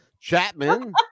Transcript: chapman